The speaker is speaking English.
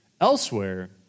elsewhere